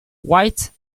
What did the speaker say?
white